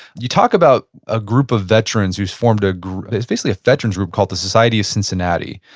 you talk about a group of veterans who formed ah basically a veterans group called the society of cincinnati,